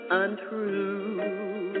untrue